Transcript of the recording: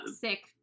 sick